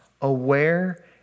aware